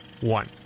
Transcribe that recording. one